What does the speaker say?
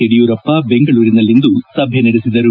ಯಡಿಯೂರಪ್ಪ ಬೆಂಗಳೂರಿನಲ್ಲಿಂದು ಸಭೆ ನಡೆಸಿದರು